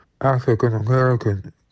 African-American